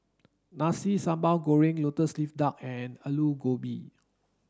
Nasi Sambal Goreng lotus leaf duck and Aloo Gobi